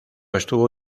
estuvo